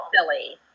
silly